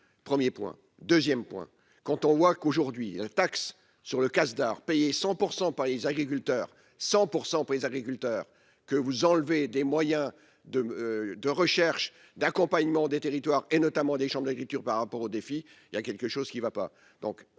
1er point 2ème point quand on voit qu'aujourd'hui, taxe sur le casse d'art payer 100 % par les agriculteurs 100 pour pour les agriculteurs que vous enlever des moyens de de recherche d'accompagnement des territoires et notamment des chambres d'écriture par rapport aux défis, il y a quelque chose qui va pas,